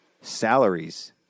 salaries